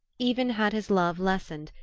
even had his love lessened,